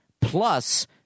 plus